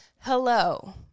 hello